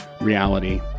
reality